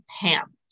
PAM